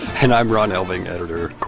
and i'm ron elving, editor